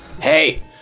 Hey